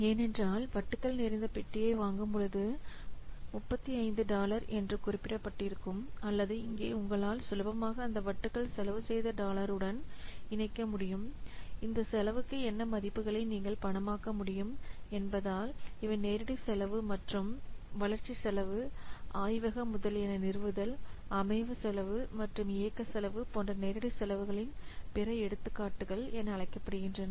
ஏனென்றால் வட்டுகள் நிறைந்த பெட்டியை வாங்கும்பொழுது 35 டாலர் என்று குறிப்பிடப்பட்டிருக்கும் அல்லது இங்கே உங்களால் சுலபமாக அந்த வட்டுக்களை செலவு செய்த டாலருடன் இணைக்க முடியும் இந்த செலவுக்கு என்ன மதிப்புகளை நீங்கள் பணமாக்க முடியும் என்பதால் இவை நேரடி செலவு மற்றும் வளர்ச்சி செலவு ஆய்வக முதலியன நிறுவுதல் அமைவு செலவு மற்றும் இயக்க செலவு போன்ற நேரடி செலவுகளின் பிற எடுத்துக்காட்டுகள் என அழைக்கப்படுகின்றன